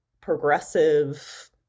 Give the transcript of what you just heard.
progressive